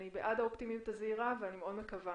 אני בעד האופטימיות הזהירה ואני מקווה